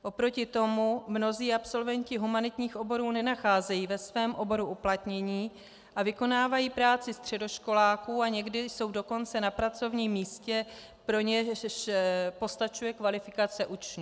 Oproti tomu mnozí absolventi humanitních oborů nenacházejí ve svém oboru uplatnění a vykonávají práci středoškoláků, a někdy jsou dokonce na pracovním místě, pro něž postačuje kvalifikace učňů.